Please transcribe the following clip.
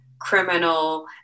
criminal